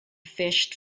fished